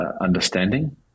understanding